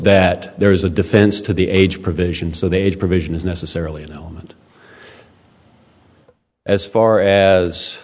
that there is a defense to the age provision so the age provision is necessarily an element as far as